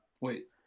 wait